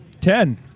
Ten